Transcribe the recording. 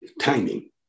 Timing